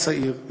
הצעיר,